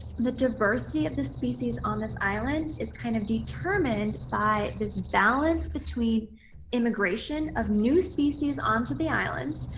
the diversity of the species on this island is kind of determined by this balance between immigration of new species on to the island,